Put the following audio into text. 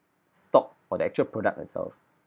stock or the actual product itself